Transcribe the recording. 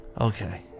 Okay